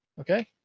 Okay